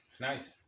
Nice